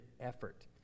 effort